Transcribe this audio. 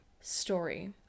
Story